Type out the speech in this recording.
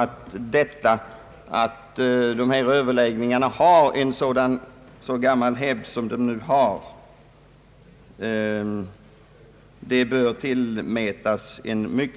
Att de här överläggningarna har så gammal hävd som de nu har bör också tillmätas